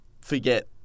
forget